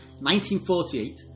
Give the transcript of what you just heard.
1948